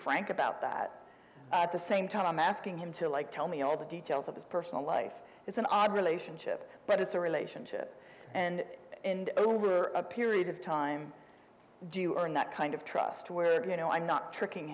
frank about that at the same time i'm asking him to like tell me all the details of his personal life it's an odd relationship but it's a relationship and over a period of time do you are not kind of trustworthy you know i'm not tricking